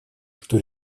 что